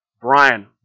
Brian